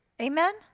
Amen